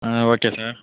ah okay sir